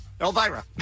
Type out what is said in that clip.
Elvira